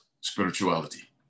spirituality